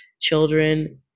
children